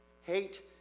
Hate